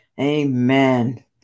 Amen